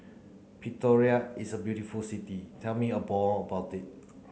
Pretoria is a beautiful city tell me about it